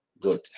good